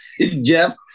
Jeff